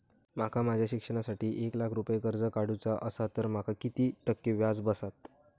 माका माझ्या शिक्षणासाठी एक लाख रुपये कर्ज काढू चा असा तर माका किती टक्के व्याज बसात?